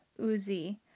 Uzi